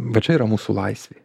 va čia yra mūsų laisvė